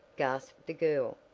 gasped the girl.